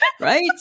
Right